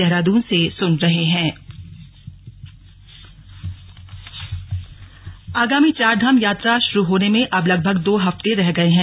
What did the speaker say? यात्रा तैयारी आगामी चारधाम यात्रा शुरू होने में अब लगभग दो हफ्ते रह गए हैं